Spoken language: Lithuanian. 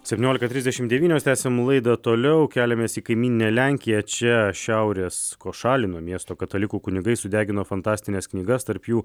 septyniolika trisdešimt devynios tęsiame laidą toliau keliamės į kaimyninę lenkiją čia šiaurės košalino miesto katalikų kunigai sudegino fantastines knygas tarp jų